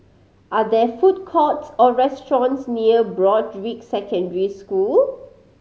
are there food courts or restaurants near Broadrick Secondary School